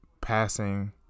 passing